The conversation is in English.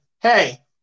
hey